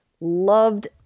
loved